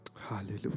Hallelujah